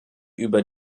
über